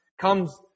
comes